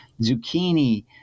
zucchini